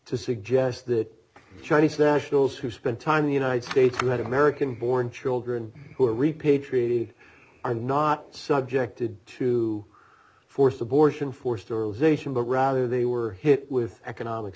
to suggest that chinese nationals who spent time in the united states who had american born children who are repatriated are not subjected to forced abortion forced or zation but rather they were hit with economic